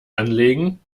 anlegen